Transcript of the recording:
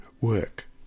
work